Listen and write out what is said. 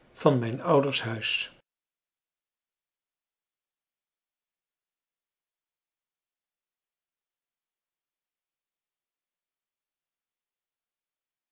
van mijn ouders huis